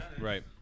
Right